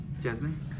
Jasmine